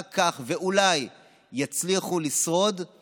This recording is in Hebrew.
רק כך אולי יצליחו לשרוד לא